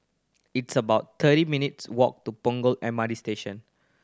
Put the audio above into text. it's about thirty minutes' walk to Punggol M R T Station